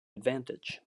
advantage